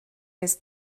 his